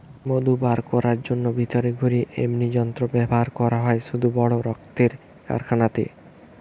মধু বার কোরার জন্যে ভিতরে ঘুরে এমনি যন্ত্র ব্যাভার করা হয় শুধু বড় রক্মের কারখানাতে